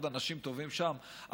ועוד אנשים טובים שם,